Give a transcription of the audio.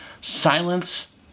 silence